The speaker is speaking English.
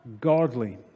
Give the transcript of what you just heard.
godly